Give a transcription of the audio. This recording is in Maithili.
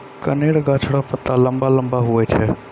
कनेर गाछ रो पत्ता लम्बा लम्बा हुवै छै